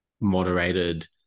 moderated